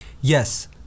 Yes